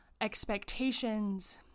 expectations